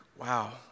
wow